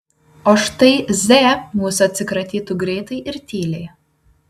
o štai z mūsų atsikratytų greitai ir tyliai